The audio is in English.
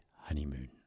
honeymoon